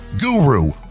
guru